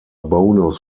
bonus